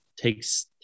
takes